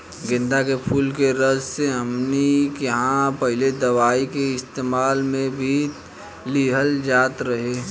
गेन्दा के फुल के रस से हमनी किहां पहिले दवाई के इस्तेमाल मे भी लिहल जात रहे